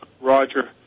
Roger